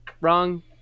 wrong